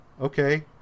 Okay